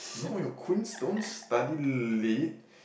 no your queens don't study lit